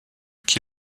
qui